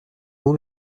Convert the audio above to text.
bon